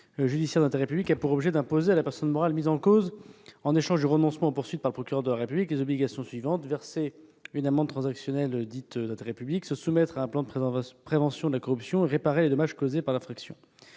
Cette convention a pour objet d'imposer à la personne morale mise en cause, en échange du renoncement aux poursuites par le procureur de la République, les obligations suivantes : verser une amende transactionnelle dite d'intérêt public, se soumettre à un plan de prévention de la corruption et réparer les dommages causés par l'infraction.